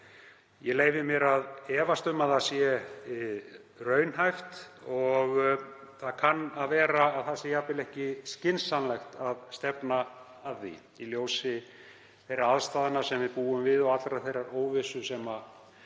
Ég leyfi mér að efast um að það sé raunhæft. Og það kann að vera að það sé jafnvel ekki skynsamlegt í ljósi þeirra aðstæðna sem við búum við og allrar þeirrar óvissu sem